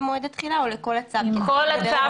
במיוחד אנחנו יודעים שמזרחיים כן מתחתנים,